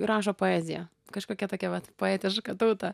rašo poeziją kažkokia tokia vat poetiška tauta